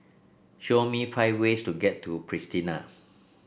show me five ways to get to Pristina